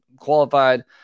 qualified